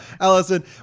Allison